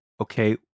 okay